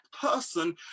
person